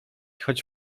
choć